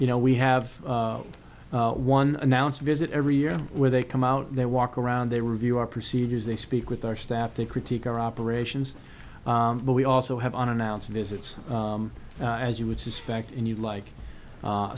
you know we have one announced visit every year where they come out there walk around they review our procedures they speak with our staff they critique our operations but we also have unannounced visits as you would suspect and you like